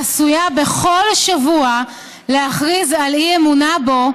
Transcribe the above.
העשויה בכל שבוע להכריז על אי-אמונה בו,